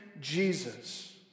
Jesus